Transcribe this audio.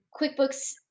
QuickBooks